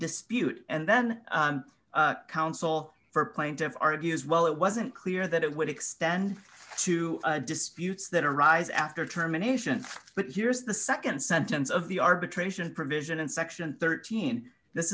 dispute and then counsel for plaintiff argues well it wasn't clear that it would extend to disputes that arise after terminations but here's the nd sentence of the arbitration provision in section thirteen this